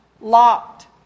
Locked